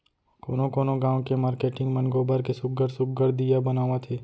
कोनो कोनो गाँव के मारकेटिंग मन गोबर के सुग्घर सुघ्घर दीया बनावत हे